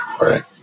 Right